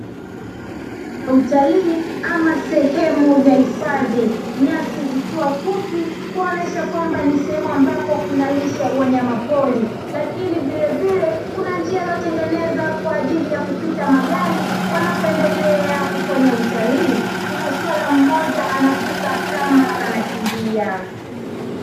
Eneo la utalii ama sehemu ya hifadhi, nyasi zikiwa fupi kuonyesha kwamba ni sehemu ambapo kunalisha wanyama pori, lakini vilevile kuna njia iliyotengenezwa kwa ajili ya kupita magari, wanapoendelea kufanya utalii; kuna swala mmoja anavuka kama anakimbia.